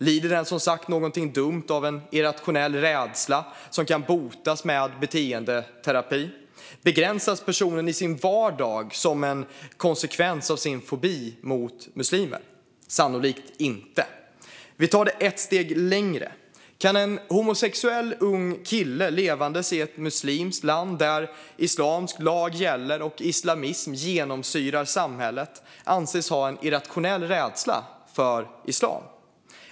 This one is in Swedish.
Lider den som sagt någonting dumt av en irrationell rädsla som kan botas med beteendeterapi? Begränsas personen i sin vardag som en konsekvens av sin fobi mot muslimer? Sannolikt inte. Vi tar det ett steg längre. Kan en homosexuell ung kille som bor i ett muslimskt land där islamsk lag gäller och islamism genomsyrar samhället anses ha en irrationell rädsla för islam?